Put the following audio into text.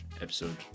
episode